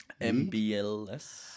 MBLS